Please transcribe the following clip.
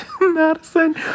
Madison